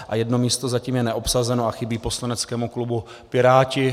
A jedno místo zatím je neobsazeno a chybí poslaneckému klubu Piráti.